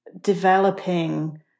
developing